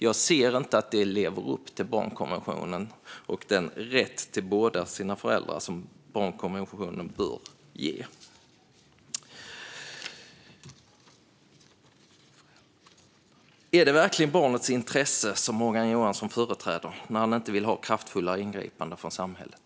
Jag ser inte att detta lever upp till barnkonventionen och barnets rätt till båda sina föräldrar. Är det verkligen barnets intressen som Morgan Johansson företräder när han inte vill ha ett kraftfullare ingripande från samhället?